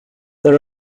there